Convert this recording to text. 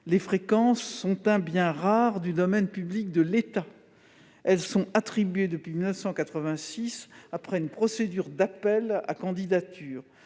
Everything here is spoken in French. Les fréquences sont un bien rare du domaine public de l'État ; elles sont attribuées, depuis 1986, après une procédure d'appel à candidatures.